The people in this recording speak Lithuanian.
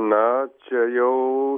na čia jau